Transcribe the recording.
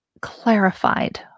clarified